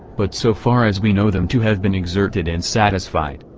but so far as we know them to have been exerted and satisfied.